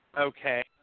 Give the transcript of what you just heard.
Okay